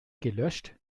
gelöscht